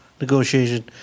negotiation